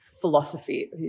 philosophy